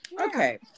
Okay